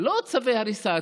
לא צווי הריסה.